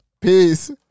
peace